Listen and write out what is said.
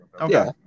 Okay